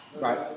Right